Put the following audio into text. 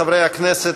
חברי הכנסת,